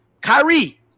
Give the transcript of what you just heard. Kyrie